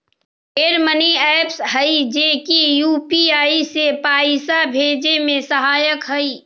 ढेर money apps हई जे की यू.पी.आई से पाइसा भेजे में सहायक हई